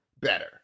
better